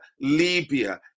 Libya